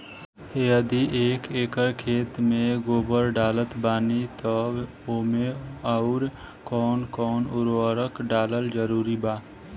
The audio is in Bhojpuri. यदि एक एकर खेत मे गोबर डालत बानी तब ओमे आउर् कौन कौन उर्वरक डालल जरूरी बा?